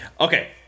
okay